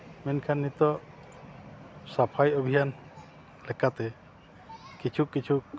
ᱢᱮᱱᱠᱷᱟᱡ ᱱᱤᱛᱚᱜ ᱥᱟᱯᱷᱟᱭ ᱚᱵᱷᱤᱡᱟᱱ ᱞᱮᱠᱟᱛᱮ ᱠᱤᱪᱷᱩ ᱠᱤᱪᱷᱩ